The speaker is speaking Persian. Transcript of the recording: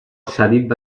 شدید